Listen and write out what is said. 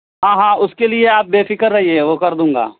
ہاں ہاں اس کے لیے آپ بے فکر رہیے وہ کر دوں گا